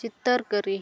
ᱪᱤᱛᱟᱹᱨ ᱠᱟᱹᱨᱤ